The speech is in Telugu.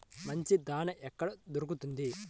మంచి దాణా ఎక్కడ దొరుకుతుంది?